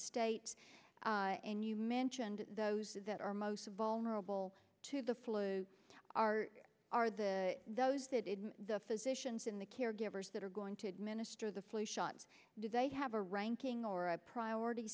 state and you mentioned those that are most vulnerable to the flu are are the those that the physicians in the caregivers that are going to administer the flu shots do they have a ranking or a priority